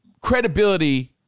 credibility